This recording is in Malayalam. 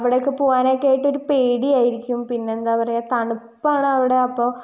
അവിടെയൊക്കെ പോവാനൊക്കെയായിട്ട് ഒരു പേടിയായിരിക്കും പിന്നെ എന്താണ് പറയുക തണുപ്പാണ് അവിടെ അപ്പോൾ